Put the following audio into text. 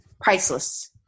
priceless